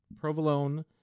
provolone